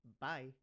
bye